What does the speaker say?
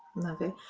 love it!